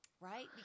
right